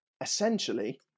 essentially